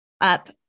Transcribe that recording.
up